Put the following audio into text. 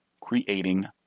creating